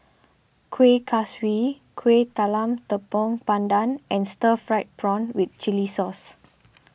Kueh Kaswi Kueh Talam Tepong Pandan and Stir Fried Prawn with Chili Sauce